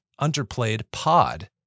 underplayedpod